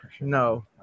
no